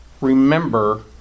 remember